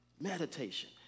Meditation